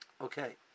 okay